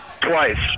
twice